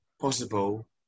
possible